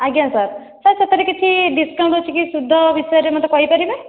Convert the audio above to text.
ଆଜ୍ଞା sir sir ସେଥିରେ କିଛି ଡ଼ିସ୍କାଉଣ୍ଟ୍ ଅଛି କି ସୁଧ ବିଷୟରେ ମୋତେ କହିପାରିବେ